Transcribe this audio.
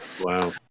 Wow